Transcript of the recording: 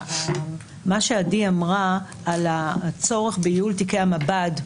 מה שעדי אמרה לגבי הצורך בייעול תיקי המב"ד,